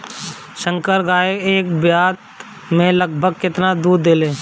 संकर गाय एक ब्यात में लगभग केतना दूध देले?